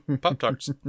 Pop-Tarts